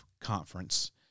conference